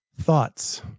Thoughts